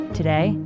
Today